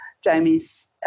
Jamie's